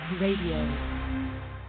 radio